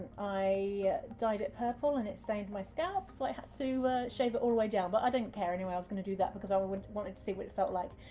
i dyed it purple and it stained my scalp so i had to shave it all the way down. but i don't care anyway, i was gonna do that because i wanted to see what it felt like.